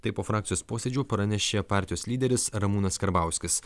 taip po frakcijos posėdžio pranešė partijos lyderis ramūnas karbauskis